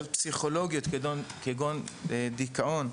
בעיות פסיכולוגיות כגון דיכאון,